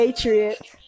Patriots